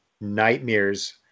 nightmares